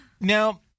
Now